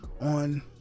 on